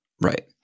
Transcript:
Right